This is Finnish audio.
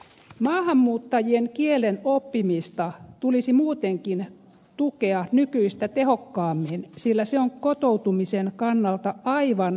maahanmuuttajien kielen oppimista tulisi muutenkin tukea nykyistä tehokkaammin sillä se on kotoutumisen kannalta aivan välttämätöntä